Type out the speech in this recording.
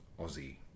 Aussie